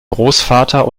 großvater